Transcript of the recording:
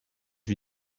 lui